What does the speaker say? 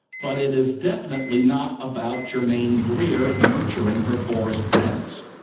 but it is definitely not about germaine greer nurturing her forest friends.